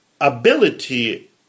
ability